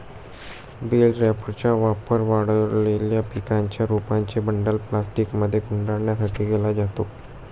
bell रॅपरचा वापर वाळलेल्या पिकांच्या रोपांचे बंडल प्लास्टिकमध्ये गुंडाळण्यासाठी केला जातो